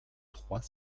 trois